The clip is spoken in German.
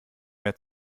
mehr